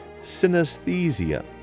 synesthesia